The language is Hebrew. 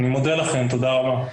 אני מודה לכם, תודה רבה.